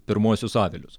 pirmuosius avilius